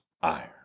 iron